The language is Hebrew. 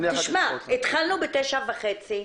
תשמע, התחלנו בשעה תשע וחצי,